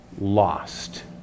lost